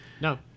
No